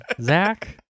Zach